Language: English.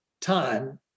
time